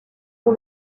son